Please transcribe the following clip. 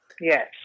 Yes